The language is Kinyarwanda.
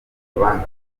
abandi